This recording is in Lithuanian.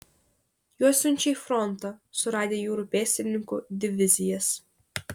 juos siunčia į frontą sudarę jūrų pėstininkų divizijas